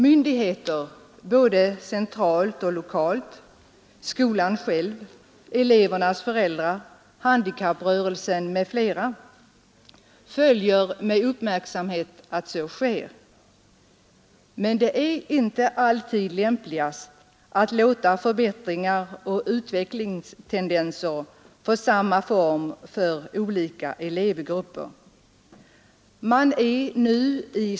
Myndigheter, både centralt och lokalt, skolan själv, elevernas föräldrar, handikapprörelsen m.fl. följer med uppmärksamhet att så sker. Men det är inte alltid lämpligast att låta förbättringar och utvecklingstendenser få samma form för olika elevgrupper.